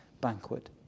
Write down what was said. banquet